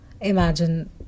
imagine